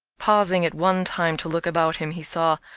pausing at one time to look about him he saw,